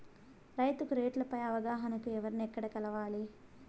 రైతుకు రేట్లు పై అవగాహనకు ఎవర్ని ఎక్కడ కలవాలి?